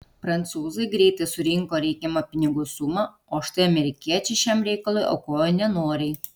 prancūzai greitai surinko reikiamą pinigų sumą o štai amerikiečiai šiam reikalui aukojo nenoriai